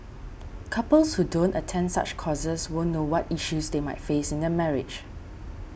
couples who don't attend such courses won't know what issues they might face in their marriage